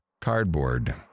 cardboard